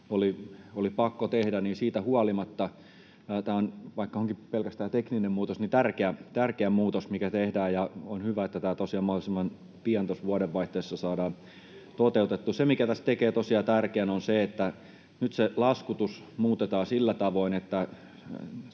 oli pakko tehdä. Siitä huolimatta, että tämä onkin pelkästään tekninen muutos, on tämä muutos, mikä tehdään, tärkeä. On hyvä, että tämä mahdollisimman pian vuodenvaihteessa saadaan toteutettua. Se, mikä tästä tekee tosiaan tärkeän, on se, että nyt laskutus muutetaan sillä tavoin, että